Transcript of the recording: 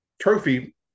trophy